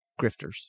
grifters